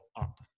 up